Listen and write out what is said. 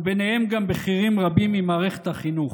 ובהם גם בכירים רבים ממערכת החינוך.